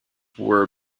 were